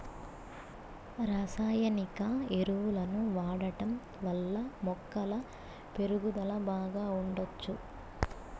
రసాయనిక ఎరువులను వాడటం వల్ల మొక్కల పెరుగుదల బాగా ఉండచ్చు